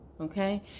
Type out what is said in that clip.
Okay